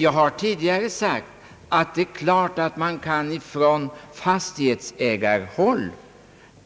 Jag har tidigare sagt att det är klart att det från fastig hetsägarhåll